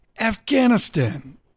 Afghanistan